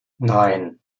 nine